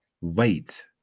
Wait